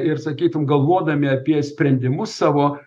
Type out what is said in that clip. ir sakykim galvodami apie sprendimus savo